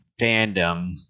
fandom